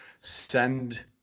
Send